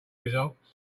results